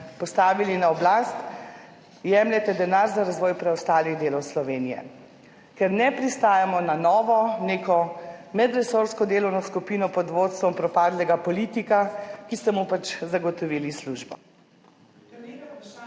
na oblast, jemljete denar za razvoj preostalih delov Slovenije. Ker ne pristajamo na neko novo medresorsko delovno skupino pod vodstvom propadlega politika, ki ste mu pač zagotovili službo…